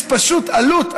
יש פשוט עלות,